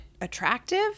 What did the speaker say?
attractive